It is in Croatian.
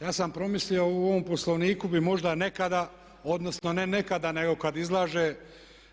Ja sam promislio u ovom Poslovniku bi možda nekada, odnosno ne nekada, nego kad izlaže